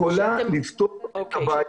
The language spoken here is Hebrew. יכולה לפתור את הבעיה.